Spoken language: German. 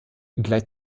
gleich